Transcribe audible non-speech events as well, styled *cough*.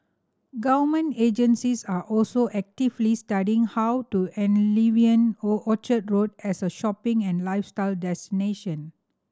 government agencies are also actively studying how to enliven *unintelligible* Orchard Road as a shopping and lifestyle destination